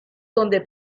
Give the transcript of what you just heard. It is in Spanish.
donde